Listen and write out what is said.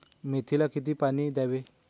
मेथीला किती पाणी द्यावे?